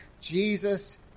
Jesus